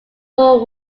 more